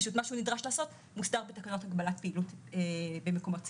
פשוט מה שהוא נדרש לעשות מוסדר בהגדרות הגבלת פעילות במקומות ציבוריים.